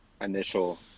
initial